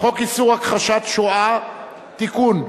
חוק איסור הכחשת השואה (תיקון,